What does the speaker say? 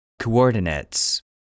Coordinates